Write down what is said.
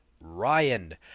Ryan